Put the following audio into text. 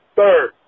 Third